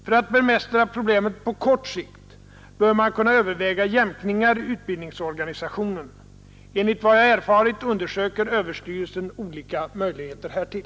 För att bemästra problemet på kort sikt bör man kunna överväga jämkningar i utbildningsorganisationen. Enligt vad jag erfarit undersöker överstyrelsen olika möjligheter härtill.